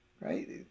right